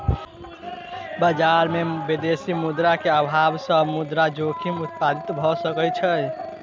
बजार में विदेशी मुद्रा के अभाव सॅ मुद्रा जोखिम उत्पत्ति भ सकै छै